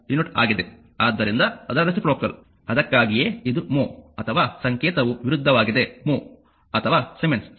ಆದ್ದರಿಂದ ಅದರ ರೆಸಿಪ್ರೋಕಲ್ ಅದಕ್ಕಾಗಿಯೇ ಇದು mho ಅಥವಾ ಸಂಕೇತವು ವಿರುದ್ಧವಾಗಿದೆ ℧ ಅಥವಾ ಸೀಮೆನ್ಸ್ ಸರಿ